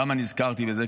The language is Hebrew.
למה נזכרתי בזה?